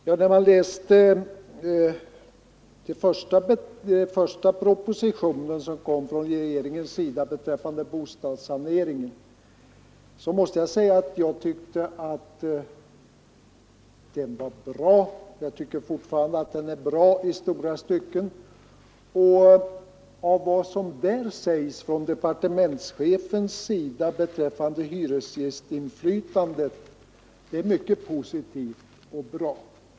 Herr talman! Jag måste säga att när jag läste den första proposition som kom från regeringen beträffande bostadssaneringen tyckte jag att den var bra — och jag tycker fortfarande att den är bra i långa stycken. Det som där sägs av departementschefen beträffande hyresgästinflytandet är mycket positivt och bra.